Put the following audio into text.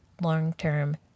long-term